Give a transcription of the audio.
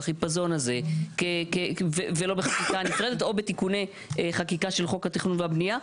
בחיפזון הזה ולא בחקיקה נפרדת או בתיקוני חקיקה של חוק התכנון והבנייה?